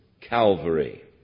Calvary